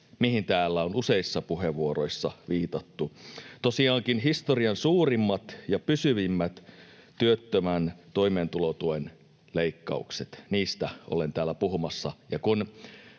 mihin täällä on useissa puheenvuoroissa viitattu. Tosiaankin historian suurimmat ja pysyvimmät työttömän toimeentulotuen leikkaukset, niistä olen täällä puhumassa.